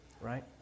Right